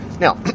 Now